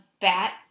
bat